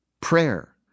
Prayer